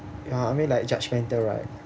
ya I mean like judgmental right